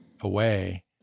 away